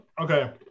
Okay